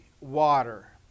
water